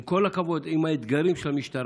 עם כל הכבוד, עם האתגרים של המשטרה,